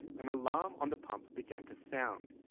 an alarm on the pump began to sound,